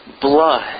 blood